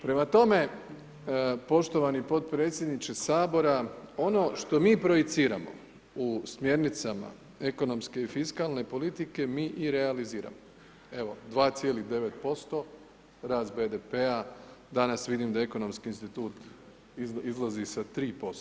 Prema tome, poštovani potpredsjedniče Sabora, ono što mi projiciramo u smjernicama ekonomske i fiskalne politike, mi i realiziramo, evo 2,9% rast BDP-a, danas vidim da Ekonomski institut izlazi sa 3%